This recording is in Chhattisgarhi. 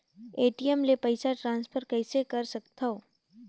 ए.टी.एम ले पईसा ट्रांसफर कइसे कर सकथव?